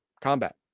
Combat